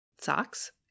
Socks